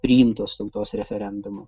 nepriimtos tautos referendumu